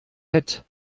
bett